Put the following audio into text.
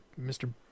Mr